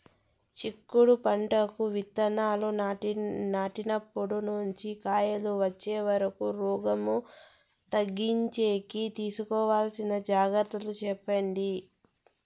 చిక్కుడు పంటకు విత్తనాలు నాటినప్పటి నుండి కాయలు వచ్చే వరకు రోగం తగ్గించేకి తీసుకోవాల్సిన జాగ్రత్తలు చెప్పండి?